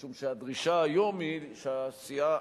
משום שהדרישה היום היא שהסיעה,